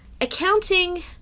accounting